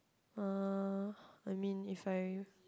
uh I mean if I